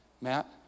Matt